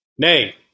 Nay